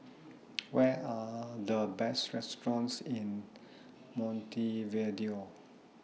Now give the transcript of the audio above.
What Are The Best restaurants in Montevideo